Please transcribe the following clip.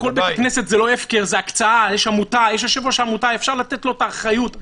אפשר לתת לו את האחריות.